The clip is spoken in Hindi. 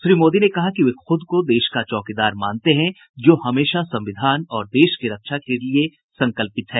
श्री मोदी ने कहा कि वे खूद को देश का चौकीदार मानते हैं जो हमेशा संविधान और देश की रक्षा के लिये संकल्पित है